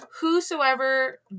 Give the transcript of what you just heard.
Whosoever